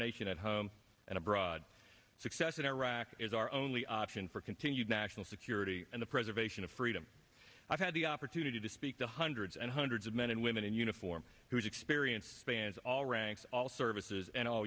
nation at home and abroad success in iraq is our only option for continued national security and the preservation of freedom i had the opportunity to speak to hundreds and hundreds of men and women in uniform whose experience fans all ranks all services and all